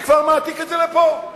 אני כבר מעתיק את זה לפה.